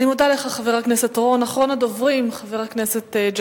אני מודה לך, חבר הכנסת אורון.